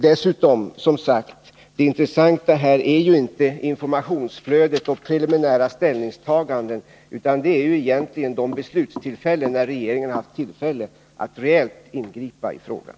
Dessutom, som sagt: Det intressanta här är ju inte informationsflödet och preliminära ställningstaganden, utan det är egentligen de beslutstillfällen när regeringen har haft möjlighet att reellt ingripa i frågan.